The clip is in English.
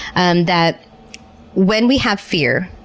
and that when we have fear,